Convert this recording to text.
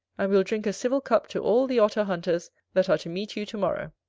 and we'll drink a civil cup to all the otter-hunters that are to meet you to-morrow.